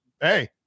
Hey